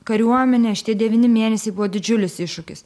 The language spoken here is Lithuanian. kariuomenė šitie devyni mėnesiai buvo didžiulis iššūkis